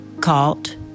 caught